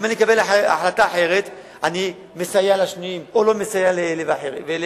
אם אני אקבל החלטה אחרת אני מסייע לשניים או לא מסייע לאלה ואחרים.